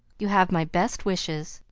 you have my best wishes,